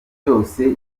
yose